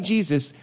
Jesus